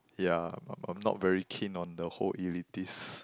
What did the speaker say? yeah I'm I'm not very keen on the whole elitist